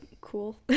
cool